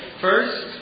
First